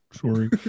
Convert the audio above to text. Sorry